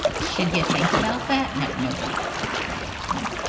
should ya think about that now nobody did that for me. no.